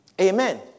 Amen